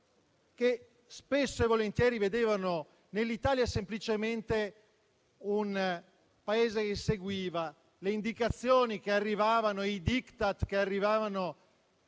che spesso e volentieri vedevano nell'Italia semplicemente un Paese che seguiva le indicazioni e i *Diktat* che arrivavano